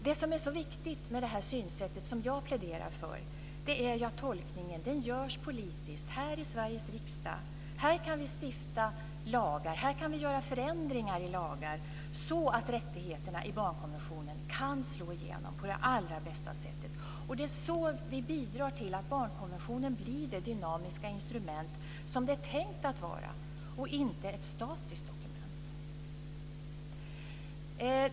Det som är så viktigt med det synsätt som jag pläderar för är att tolkningen görs politiskt, här i Sveriges riksdag. Här kan vi stifta lagar och göra förändringar i lagar så att rättigheterna i barnkonventionen kan slå igenom på allra bästa sätt. Det är så vi bidrar till att barnkonventionen blir det dynamiska instrument som den är tänkt att vara och inte ett statiskt dokument.